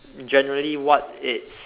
generally what it's